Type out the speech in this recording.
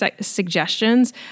suggestions